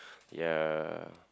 ya